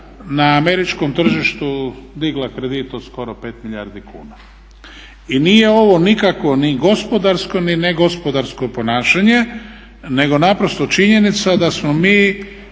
na američkom tržištu digla kredit od skoro 5 milijardi kuna. I nije ovo nikakvo ni gospodarsko ni ne gospodarsko ponašanje nego naprosto činjenica da smo mi